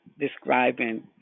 describing